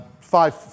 five